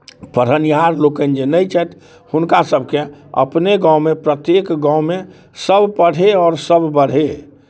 पढ़निहार लोकनि जे नहि छथि हुनकासभके अपने गाममे प्रत्येक गाममे सभ पढ़य आओर सभ बढ़य